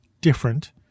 different